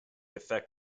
effect